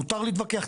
מותר להתווכח,